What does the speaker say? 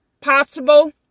possible